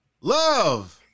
love